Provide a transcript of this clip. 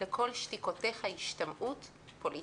לכל שתיקותיך ההשתמעות פוליטיים.